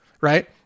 right